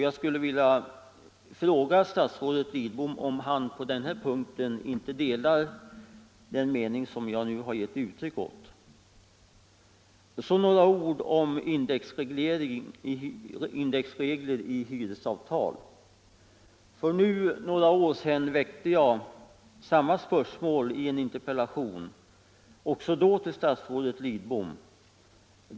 Jag skulle vilja fråga statsrådet Lidbom om han inte på denna punkt delar den uppfattning som jag har gett uttryck åt. Så några ord om indexregler i hyresavtal. För några år sedan väckte jag samma spörsmål i en interpellation, också den till statsrådet Lidbom.